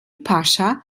pascha